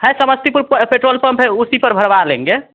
है समस्तीपुर प petrol pump है उसी पर भरवा लेंगे